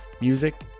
Music